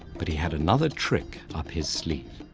but he had another trick up his sleeve.